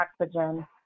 oxygen